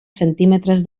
centímetres